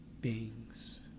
beings